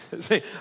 See